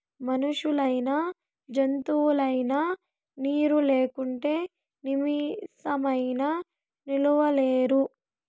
మనుషులైనా జంతువులైనా నీరు లేకుంటే నిమిసమైనా నిలువలేరు